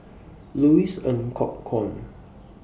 Louis Ng Kok Kwang